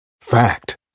Fact